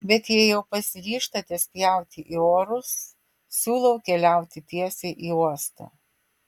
bet jei jau pasiryžtate spjauti į orus siūlau keliauti tiesiai į uostą